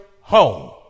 home